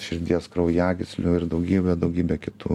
širdies kraujagyslių ir daugybė daugybė kitų